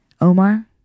Omar